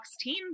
team